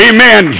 Amen